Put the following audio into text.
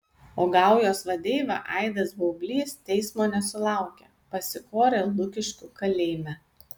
o gaujos vadeiva aidas baublys teismo nesulaukė pasikorė lukiškių kalėjime